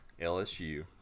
LSU